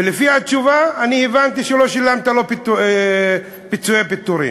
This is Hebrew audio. ולפי התשובה אני הבנתי שלא שילמת לו פיצויי פיטורים,